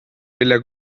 mille